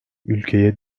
ülkeye